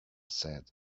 said